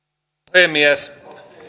puhemies